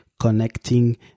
connecting